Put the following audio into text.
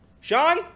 Sean